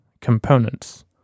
components